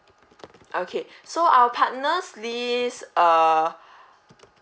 okay so our partners list err